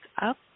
up